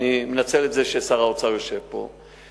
אני מנצל את זה ששר האוצר יושב פה,